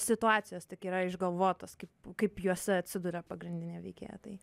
situacijos tik yra išgalvotos kaip kaip jose atsiduria pagrindinė veikėja tai